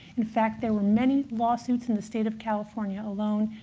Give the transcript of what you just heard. in fact, there were many lawsuits in the state of california alone,